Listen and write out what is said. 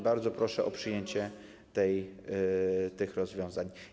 Bardzo proszę o przyjęcie tych rozwiązań.